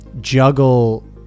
juggle